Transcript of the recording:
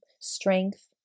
strength